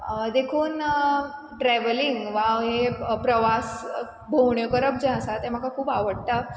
देखून ट्रॅवलींग वा ये प्रवास भोंवण्यो करप जें आसा तें म्हाका खूब आवडटा